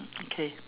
okay